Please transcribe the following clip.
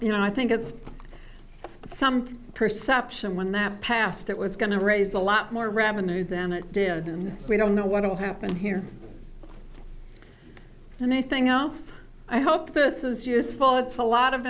you know i think it's something perception when that passed it was going to raise a lot more revenue than it did and we don't know what will happen here and i think i asked i hope this is useful it's a lot of